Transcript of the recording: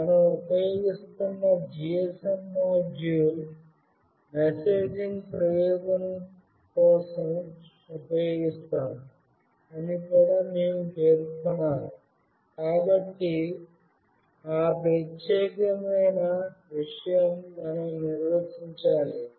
మనం ఉపయోగిస్తున్న GSM module messaging ప్రయోజనం కోసం ఉపయోగిస్తాము అని కూడా మేము పేర్కొనాలి కాబట్టి ఆ ప్రత్యేకమైన విషయం మనం నిర్వచించాలి